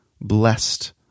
blessed